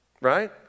Right